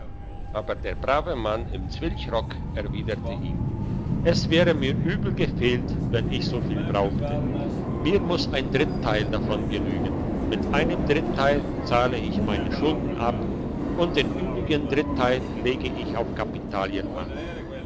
aber der brave mann im zwilchrock erwiderte ihm es wäre mir übel gefehlt wenn ich so viel brauchte mir muss ein dritteil davon genügen mit einem dritteil zahle ich meine schulden ab und den übrigen dritteil lege ich auf kapitalien an